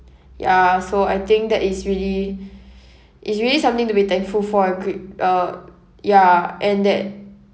ya so I think that is really is really something to be thankful for and gr~ uh ya and that